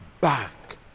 back